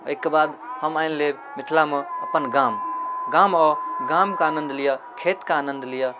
एहिके बाद हम आनि लेब मिथिलामे अपन गाम गाम आउ गामके आनन्द लिअऽ खेतके आनन्द लिअऽ